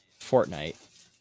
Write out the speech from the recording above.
Fortnite